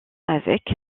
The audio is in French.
avec